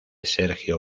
sergio